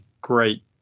great